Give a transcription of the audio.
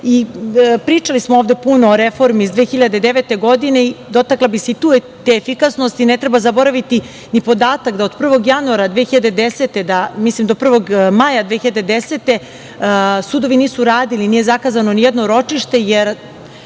procese. Pričali smo ovde puno o reformi iz 2009. godine, dotakla bih se i tu te efikasnosti, jer ne treba zaboraviti ni podatak da od 1. januara 2010. godine, odnosno mislim 1. maja 2010. godine, sudovi nisu radili, nije zakazano nijedno ročište, jer